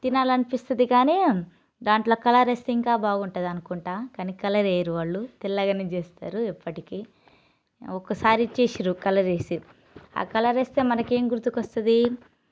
తినాలి అనిపిస్తుంది కానీ దాంట్లో కలర్ వేస్తే ఇంకా బాగుంటుంది అనుకుంటా కానీ కలర్ వేయరు వాళ్ళు తెల్లగానే చేస్తారు ఎప్పటికీ ఒకసారి చేసిండ్రు కలరేసి ఆ కలర్ వేస్తే మనకేం గుర్తుకు వస్తుంది